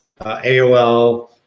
AOL